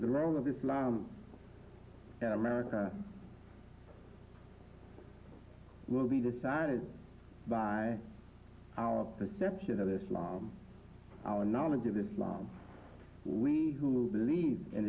the role of islam in america will be decided by our perception of islam our knowledge of islam we who believe in